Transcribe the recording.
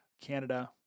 Canada